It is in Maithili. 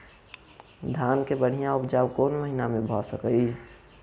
धान केँ बढ़िया उपजाउ कोण महीना मे भऽ सकैय?